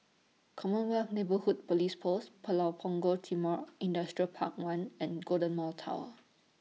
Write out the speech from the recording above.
Commonwealth Neighbourhood Police Post Pulau Punggol Timor Industrial Park one and Golden Mile Tower